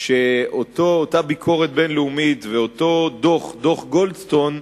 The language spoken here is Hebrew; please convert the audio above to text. שאותה ביקורת בין-לאומית ואותו דוח, דוח גולדסטון,